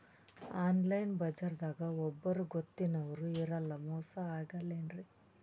Online ಬಜಾರದಾಗ ಒಬ್ಬರೂ ಗೊತ್ತಿನವ್ರು ಇರಲ್ಲ, ಮೋಸ ಅಗಲ್ಲೆನ್ರಿ?